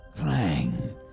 clang